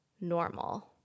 normal